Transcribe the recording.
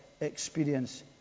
experience